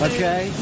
Okay